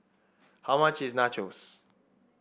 how much is Nachos